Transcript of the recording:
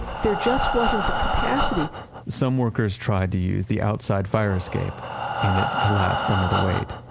there just wasn't the capacity some workers tried to use the outside fire escape and it collapsed under the weight.